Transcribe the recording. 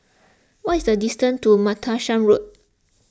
what is the distance to Martlesham Road